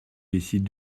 décide